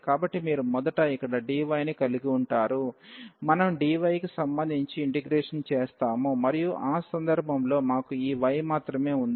కాబట్టి మీరు మొదట ఇక్కడ dy ని కలిగి ఉంటారు మనం dy కి సంబంధించి ఇంటిగ్రేషన్ చేస్తాము మరియు ఆ సందర్భంలో మాకు ఈ y మాత్రమే ఉంది